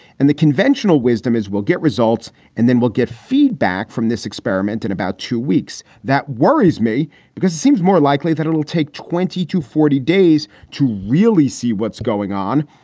and the conventional wisdom is we'll get results and then we'll get feedback from this experiment in about two weeks. that worries me because it seems more likely that it will take twenty to forty days to really see what's going on.